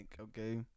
okay